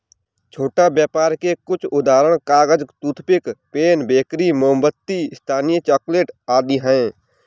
छोटा व्यापर के कुछ उदाहरण कागज, टूथपिक, पेन, बेकरी, मोमबत्ती, स्थानीय चॉकलेट आदि हैं